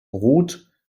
brot